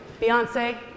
Beyonce